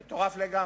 זה מטורף לגמרי.